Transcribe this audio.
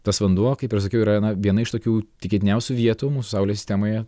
tas vanduo kaip ir sakiau yra na viena iš tokių tikėtiniausių vietų mūsų saulės sistemoje